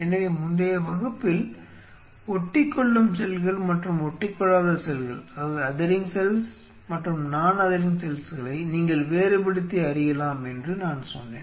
எனவே முந்தைய வகுப்பில் ஒட்டிக்கொள்ளும் செல்கள் மற்றும் ஒட்டிக்கொள்ளாத செல்களை நீங்கள் வேறுபடுத்தி அறியலாம் என்று நான் சொன்னேன்